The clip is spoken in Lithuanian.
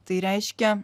tai reiškia